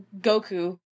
goku